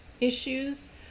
issues